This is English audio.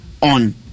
on